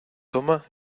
toma